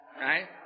right